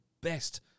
best